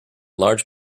large